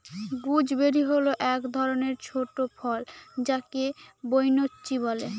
gooseberry হল এক ধরনের ছোট ফল যাকে বৈনচি বলে